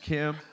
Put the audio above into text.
Kim